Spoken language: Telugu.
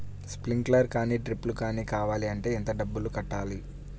స్ప్రింక్లర్ కానీ డ్రిప్లు కాని కావాలి అంటే ఎంత డబ్బులు కట్టాలి?